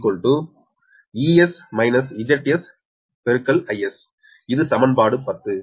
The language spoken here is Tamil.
𝑽𝒔 ually ஆக்டுவலி 𝑬𝒔 −𝒁𝒔 ∗ 𝑰𝒔 இது சமன்பாடு 10